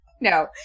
no